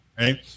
right